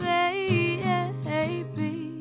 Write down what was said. Baby